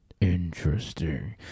interesting